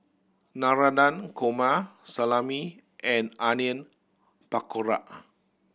Navratan Korma Salami and Onion Pakora